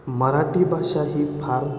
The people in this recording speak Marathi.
मराठी भाषा ही फार